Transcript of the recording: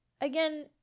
Again